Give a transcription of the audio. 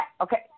okay